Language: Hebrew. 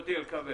מוטי אלקבץ.